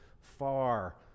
far